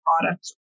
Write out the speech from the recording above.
products